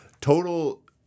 total